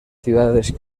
ciudades